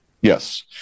Yes